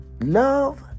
love